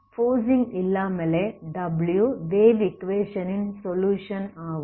forcing இல்லாமலே w wave ஈக்குவேஷனின் solution ஆகும்